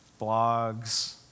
blogs